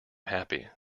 happy